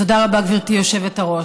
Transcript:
תודה רבה, גברתי היושבת-ראש.